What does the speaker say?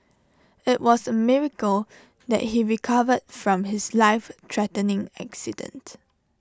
IT was A miracle that he recovered from his life threatening accident